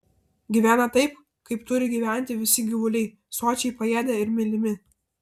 gyvena taip kaip turi gyventi visi gyvuliai sočiai paėdę ir mylimi